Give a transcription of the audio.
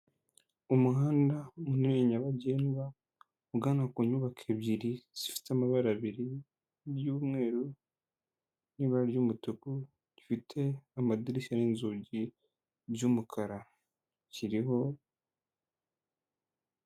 Umuhanda munini nyabagendwa ugana ku nyubako ebyiri zifite amabara abiri y'umweru, n'ibara ry'umutuku, rifite amadirishya n'inzugi by'umukara kiriho.